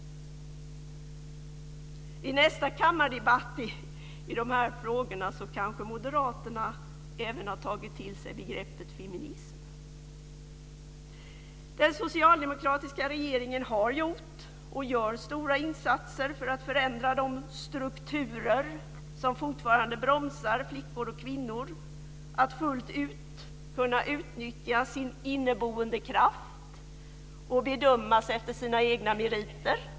Vid nästa kammardebatt i de här frågorna kanske moderaterna även har tagit till sig begreppet feminism. Den socialdemokratiska regeringen har gjort och gör stora insatser för att förändra de strukturer som fortfarande bromsar flickor och kvinnor från att fullt ut kunna utnyttja sin inneboende kraft och bedömas efter sina egna meriter.